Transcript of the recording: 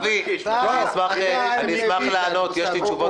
אבי, יש לי תשובות בשבילך.